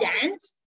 dance